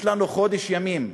יש לנו חודש ימים,